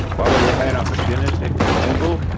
while we remain opportunistic and nimble,